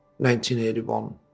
1981